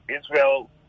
Israel